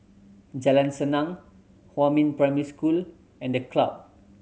Jalan Senang Huamin Primary School and The Club